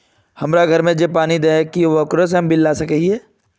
हमरा घर में जे पानी दे है की हम ओकरो से बिल ला सके हिये?